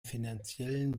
finanziellen